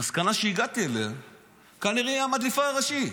המסקנה שהגעתי אליה היא שכנראה היא המדליפה הראשית,